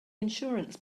insurance